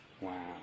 Wow